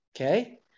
Okay